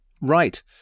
Right